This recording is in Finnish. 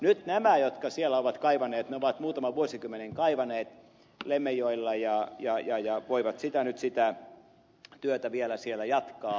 nyt nämä jotka siellä ovat kaivaneet ovat muutaman vuosikymmenen kaivaneet lemmenjoella ja voivat nyt sitä työtä vielä siellä jatkaa